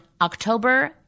October